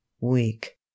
weak